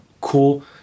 cool